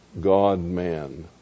God-man